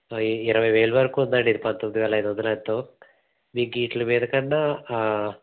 ఇరవై వేల వరకు ఉందండి ఇది పంతొమ్మిదివేల ఐదు వందలు ఎంతో మీకు వీటి మీది కన్నా